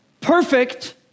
perfect